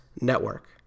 network